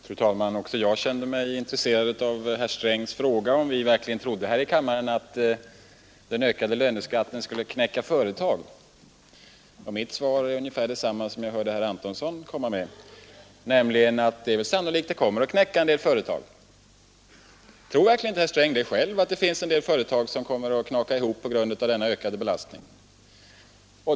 Fru talman! Också jag kände mig intresserad av herr Strängs fråga om vi verkligen trodde här i kammaren att den ökade löneskatten skulle knäcka företag. Mitt svar är ungefär detsamma som det jag hörde herr Antonsson komma med, nämligen att den sannolikt kommer att knäcka en del företag. Tror verkligen inte herr Sträng själv att det finns företag som kommer att knaka ihop på grund av denna ökade belastning?